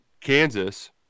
Kansas